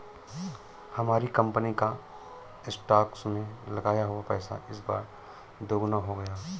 हमारी कंपनी का स्टॉक्स में लगाया हुआ पैसा इस बार दोगुना हो गया